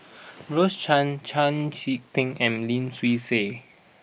Rose Chan Chau Sik Ting and Lim Swee Say